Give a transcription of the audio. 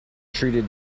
treated